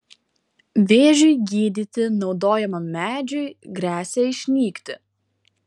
vėžiui gydyti naudojamam medžiui gresia išnykti